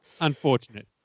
unfortunate